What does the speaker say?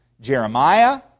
Jeremiah